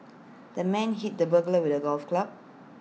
the man hit the burglar with A golf club